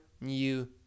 new